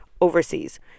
overseas